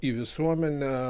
į visuomenę